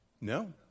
No